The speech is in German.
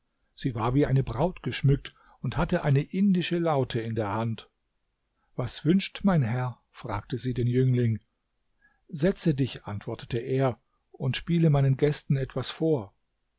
sie war wie eine braut geschmückt und hatte eine indische laute in der hand was wünscht mein herr fragte sie den jüngling setze dich antwortete er und spiele meinen gästen etwas vor